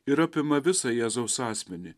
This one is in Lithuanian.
ir apima visą jėzaus asmenį